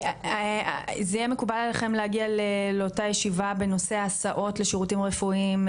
זה יהיה מקובל עליכם להגיע לאותה ישיבה בנושא הסעות לשירותים רפואיים,